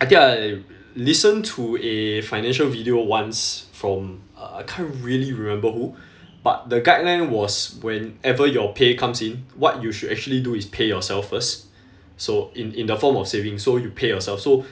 I think I listened to a financial video once from uh I can't really remember who but the guideline was whenever your pay comes in what you should actually do is pay yourself first so in in the form of savings so you pay yourself so